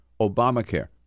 Obamacare